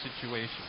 situation